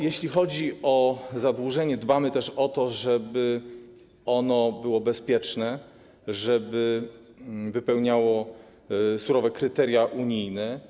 Jeśli chodzi o zadłużenie, dbamy też o to, żeby ono było bezpieczne, żeby wypełniało surowe kryteria unijne.